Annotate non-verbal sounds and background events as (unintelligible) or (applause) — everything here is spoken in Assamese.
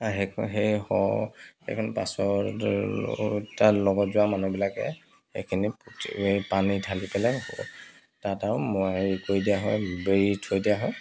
(unintelligible) তেওঁ লগত যোৱা মানুহবিলাকে সেইখিনি পানী ঢালি পেলাই তাত আৰু হেৰি কৰি দিয়া হয় বেৰি থৈ দিয়া হয়